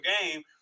game